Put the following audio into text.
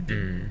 mm